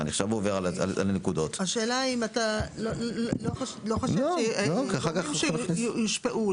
השאלה אם אתה לא חושב שיהיו דברים שיושפעו.